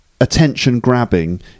attention-grabbing